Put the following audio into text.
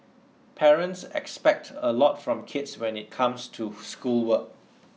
parents expect a lot from kids when it comes to schoolwork